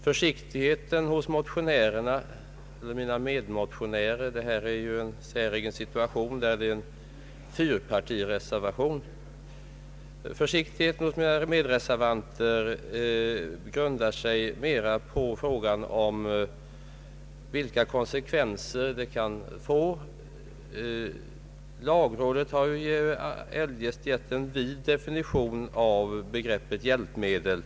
Försiktigheten hos mina 'medreservanter — detta är ju en säregen situation eftersom det föreligger en fyrpartireservation — beror på de konsekvenser som det kan bli fråga om. Lagrådet har ju eljest gett en vid definition av begreppet hjälpmedel.